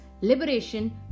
liberation